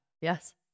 Yes